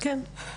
כן.